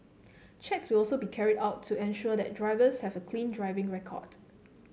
checks will also be carried out to ensure that drivers have a clean driving record